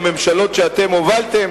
בממשלות שאתם הובלתם?